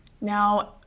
Now